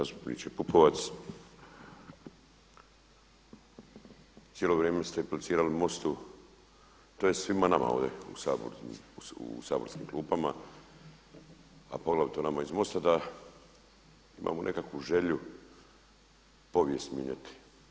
Zastupniče Pupovac cijelo vrijeme ste implicirali Mostu tj. svima nama ovdje u saborskim klupama, a poglavito nama iz Mosta da imamo nekakvu želju povijest mijenjati.